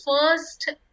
first